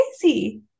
crazy